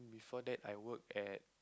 before that I worked at